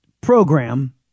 program